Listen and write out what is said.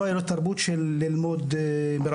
לא היה לו תרבות של ללמוד מרחוק,